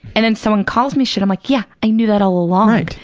and then someone calls me shit, i'm like, yeah, i knew that all along, and